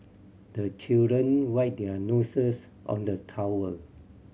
the children wipe their noses on the towel